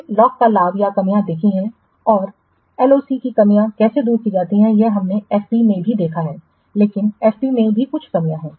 हमने LOC का लाभ या कमियां देखी हैं और एलओसी की कमियां कैसे दूर की जा सकती हैं यह हमने एफपी में भी देखा है लेकिन एफपी में भी कुछ कमियां हैं